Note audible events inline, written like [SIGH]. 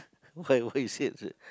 why why you said [NOISE]